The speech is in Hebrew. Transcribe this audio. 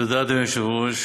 תודה, אדוני היושב-ראש.